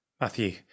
Matthew